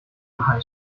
深海